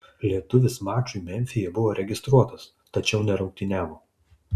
lietuvis mačui memfyje buvo registruotas tačiau nerungtyniavo